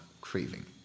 craving